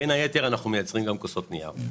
בין היתר אנחנו מייצרים גם כוסות נייר.